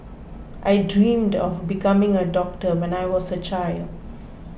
I dreamt of becoming a doctor when I was a child